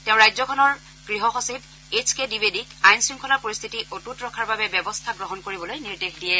তেওঁ ৰাজ্যখনৰ গৃহসচিব এইচ কে দ্বিবেদীক আইন শৃংখলা পৰিস্থিতি অটুত ৰখাৰ বাবে ব্যৱস্থা গ্ৰহণ কৰিবলৈ নিৰ্দেশ দিয়ে